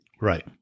Right